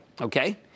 okay